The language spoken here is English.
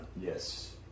Yes